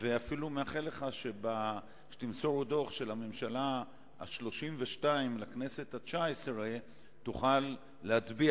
ואפילו מאחל לך שכשתמסור דוח של הממשלה ה-32 לכנסת התשע-עשרה תוכל להזכיר